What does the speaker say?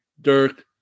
Dirk